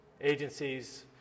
agencies